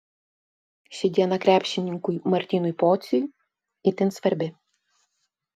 ši diena krepšininkui martynui pociui itin svarbi